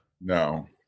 no